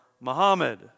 Muhammad